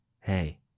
hey